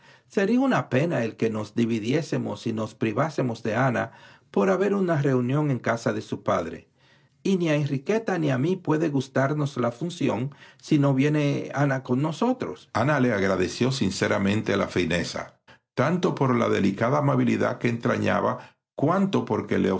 sería una pena el que nos dividiésemos y nos privásemos de ana por haber una reunión en casa de su padre y ni a enriqueta ni a mí puede gustarnos la función si no viene con nosotros ana ana le agradeció sinceramente la fineza tanto por la delicada amabilidad que entrañaba cuanto porque